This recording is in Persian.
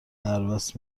دربست